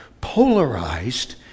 polarized